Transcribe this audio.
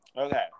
Okay